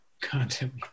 Content